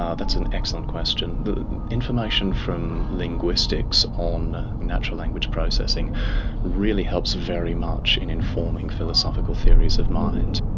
ah that's an excellent question. the information from linguistics on natural language processing really helps very much in informing philosophical theories of mind.